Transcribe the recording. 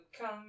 come